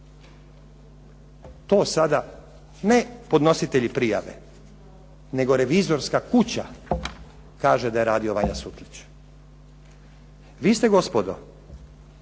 To sada ne podnositelji prijave nego revizorska kuća kaže da je radio Vanja Sutlić. Vi ste gospodo,